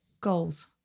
goals